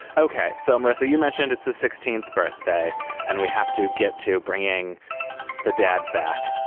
ok. so, marissa, you mentioned it's a sixteenth birthday and we have to get to bringing the dad back.